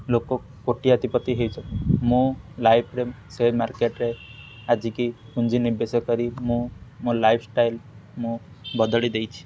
ଲୋକ କୋଟି ଆଦି ପତି ହେଇଛନ୍ତି ମୁଁ ଲାଇଫରେ ସେ ମାର୍କେଟରେ ଆଜିକି ପୁଞ୍ଜି ନିବେଶ କରି ମୁଁ ମୋ ଲାଇଫଷ୍ଟାଇଲ୍ ମୁଁ ବଦଳି ଦେଇଛି